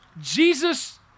Jesus